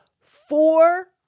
four